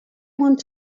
want